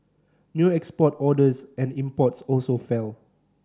new export orders and imports also fell